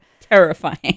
terrifying